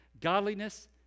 godliness